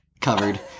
covered